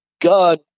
god